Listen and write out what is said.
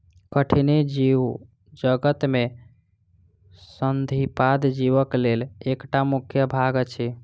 कठिनी जीवजगत में संधिपाद जीवक लेल एकटा मुख्य भाग अछि